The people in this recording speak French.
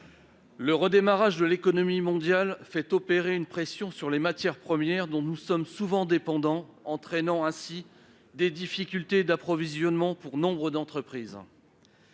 le redémarrage de l'économie mondiale exerce une pression sur les matières premières, dont nous sommes souvent dépendants, entraînant ainsi des difficultés d'approvisionnement pour nombre d'entreprises.